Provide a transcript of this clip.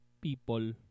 people